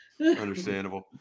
Understandable